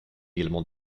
également